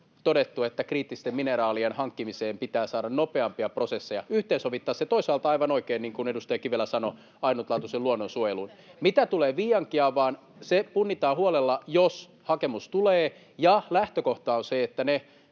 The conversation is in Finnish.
todettu, että kriittisten mineraalien hankkimiseen pitää saada nopeampia prosesseja — toisaalta, aivan oikein, niin kuin edustaja Kivelä sanoi, ainutlaatuisen luonnon suojeluun. Mitä tulee Viiankiaapaan, se punnitaan huolella, jos hakemus tulee. Ja lähtökohta on se, että ne